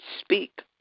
speak